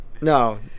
No